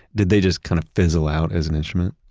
did they just kind of fizzle out as an instrument?